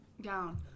down